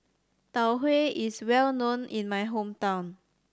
Tau Huay is well known in my hometown